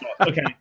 okay